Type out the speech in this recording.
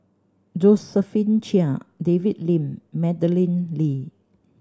Josephine Chia David Lim Madeleine Lee